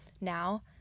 now